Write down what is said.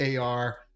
AR